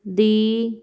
ਦੀ